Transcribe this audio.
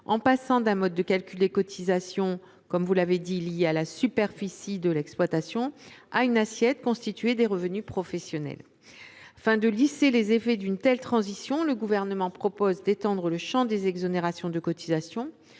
en passant d’un mode de calcul des cotisations lié à la superficie de l’exploitation à une assiette constituée des revenus professionnels. Afin de lisser les effets d’une telle transition, le Gouvernement propose d’étendre le champ des exonérations de cotisations